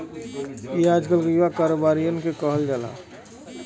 ई आजकल के युवा कारोबारिअन के कहल जाला